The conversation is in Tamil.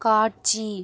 காட்சி